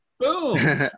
Boom